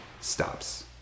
stops